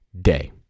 Day